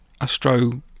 Astro